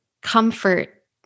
comfort